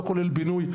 לא כולל בינוי,